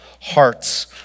hearts